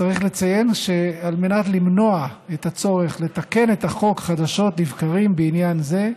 צריך לציין שעל מנת למנוע את הצורך לתקן החוק חדשות לבקרים בעניין זה,